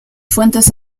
fuentes